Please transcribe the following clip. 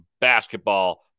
basketball